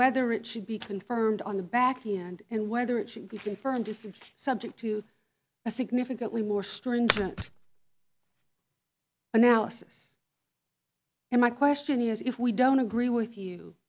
whether it should be confirmed on the backend and whether it should be confirmed this is subject to a significantly more stringent analysis and my question is if we don't agree with you